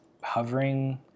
hovering